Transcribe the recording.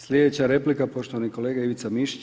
Slijedeća replika, poštovani kolega Ivica Mišić.